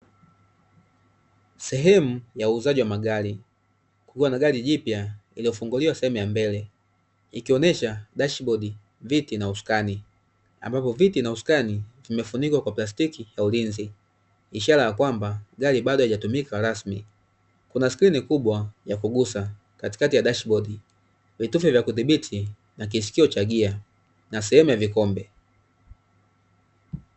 Sehemu ya uuzaji wa magari kuwa na gari jipya lililofunguliwa sehemu ya mbele ikionyesha dashboard viti na usukani ambapo viti na usukani vimefunikwa kwa plastiki kwa ulinzi ishara ya kwamba gari bado haijatumika rasmi kuna siku ni kubwa ya kugusa katikati ya dashboard vitoke vya kudhibiti akisikia utagia na sehemu ya vikombe.